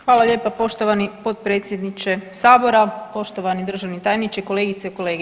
Hvala lijepa poštovani potpredsjedniče Sabora, poštovani državni tajniče, kolegice i kolege.